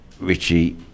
Richie